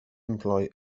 employ